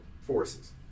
forces